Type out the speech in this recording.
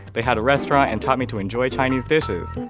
they had a restaurant and taught me to enjoy chinese dishes.